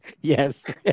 Yes